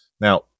Now